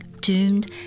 Doomed